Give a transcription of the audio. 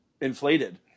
inflated